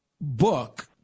book